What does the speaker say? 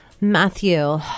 matthew